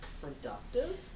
productive